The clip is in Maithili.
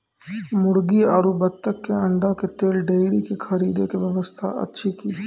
मुर्गी आरु बत्तक के अंडा के लेल डेयरी के खरीदे के व्यवस्था अछि कि?